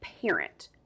parent